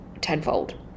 tenfold